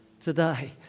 Today